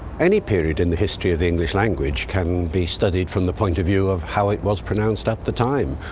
any period in the history of the english language can be studied from the point of view of how it was pronounced at the time,